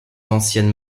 anciennes